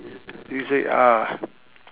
is it ah